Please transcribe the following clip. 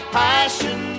passion